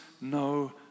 no